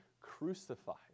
crucified